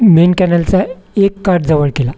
main कॅनलचा एक काठ जवळ केला